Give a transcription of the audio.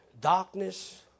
Darkness